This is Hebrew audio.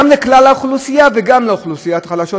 גם לכלל האוכלוסייה וגם לאוכלוסיות החלשות?